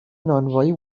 نانوایی